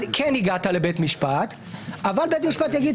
אז כן הגעת לבית משפט אבל בית משפט יגיד,